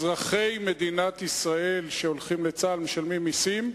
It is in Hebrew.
אזרחי מדינת ישראל, שהולכים לצה"ל ומשלמים מסים.